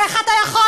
איך אתה יכול,